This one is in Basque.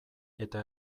eta